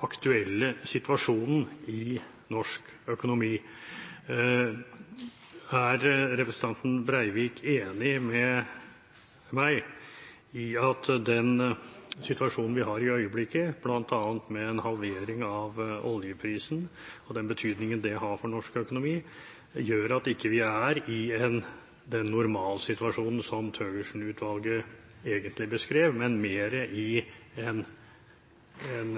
aktuelle situasjonen i norsk økonomi. Er representanten Breivik enig med meg i at den situasjonen vi har i øyeblikket, bl.a. med en halvering av oljeprisen og den betydningen det har for norsk økonomi, gjør at vi ikke er i den normalsituasjonen som Thøgersen-utvalget egentlig beskrev, men mer i en situasjon der vi må tilpasse oljepengebruken